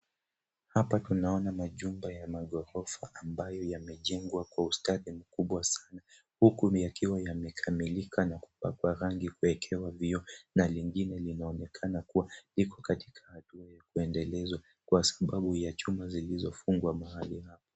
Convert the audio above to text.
Hapa tunaona majumba ya maghorofa ambayo yamejengwa kwa ustadi mkubwa sana huku yakiwa yamekamilika na kupakwa rangi, kuwekewa vioo na lingine linaonekana kuwa liko katika hatua ya kundelezwa kwa sababu ya chuma zilizo fungwa mahali hapo.